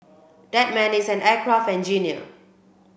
that man is an aircraft engineer